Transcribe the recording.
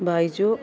Baiju